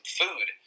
food